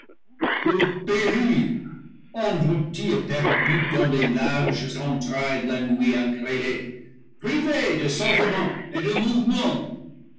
englouti et perdu dans les larges entrailles de la nuit incréée privé de sentiment et de mouvement